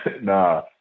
nah